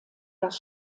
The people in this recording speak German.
das